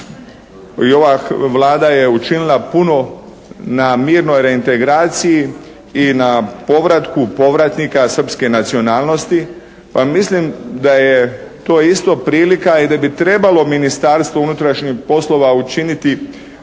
i ova Vlada je učinila puno na mirnoj reintegraciji i na povratku povratnika srpske nacionalnosti, ali mislim da je to isto prilika i da bi trebalo Ministarstvo unutrašnjih poslova učiniti određene